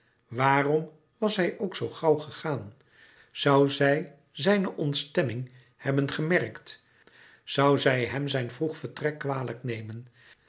waarom was hij ook zoo gauw gegaan zoû zij zijne ontstemming hebben gemerkt zoû zij hem zijn vroeg vertrek kwalijk nemen